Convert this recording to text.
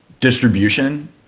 distribution